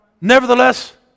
Nevertheless